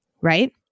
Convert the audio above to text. right